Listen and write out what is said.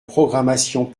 programmation